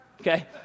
Okay